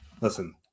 listen